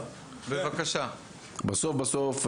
בסוף-בסוף,